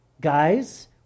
Guys